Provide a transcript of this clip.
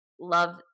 love